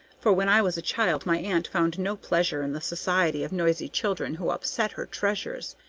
for when i was a child my aunt found no pleasure in the society of noisy children who upset her treasures,